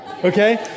Okay